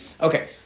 Okay